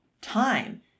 time